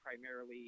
primarily